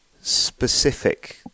specific